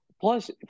Plus